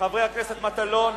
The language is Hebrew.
חבר הכנסת מטלון,